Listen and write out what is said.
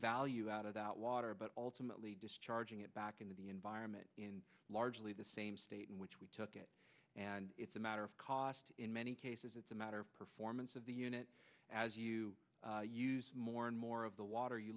value out of that water but ultimately discharging it back into the environment in largely the same state in which we took it and it's a matter of cause in many cases it's a matter of performance of the unit as you use more and more of the water you